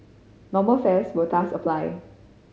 normal fares will thus apply